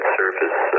surface